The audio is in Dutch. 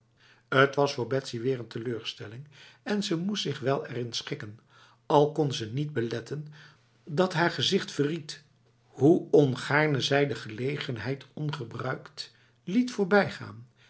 t was voor betsy weer een teleurstelling en ze moest zich wel erin schikken al kon ze niet beletten dat haar gezicht verried hoe ongaarne zij de gelegenheid ongebruikt liet voorbijgaan